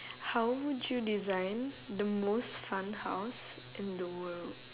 how would you design the most fun house in the world